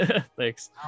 Thanks